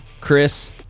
chris